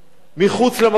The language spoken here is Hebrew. מחוץ למקום.